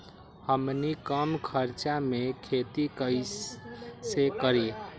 हमनी कम खर्च मे खेती कई से करी?